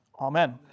Amen